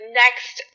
next